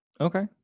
Okay